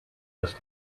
dass